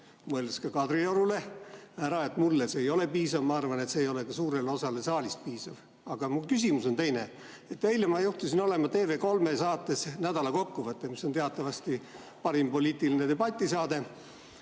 mõeldes ka Kadriorule, et mulle see ei ole piisav, ma arvan, et see ei ole ka suurele osale saalist piisav. Aga mu küsimus on teine. Eile ma juhtusin olema TV3 saates "Nädala kokkuvõte", mis on teatavasti parim poliitiline debatisaade,